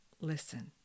listen